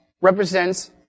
represents